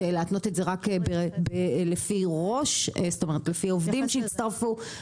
לפי עובדים שיצטרפו.